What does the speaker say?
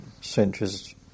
centuries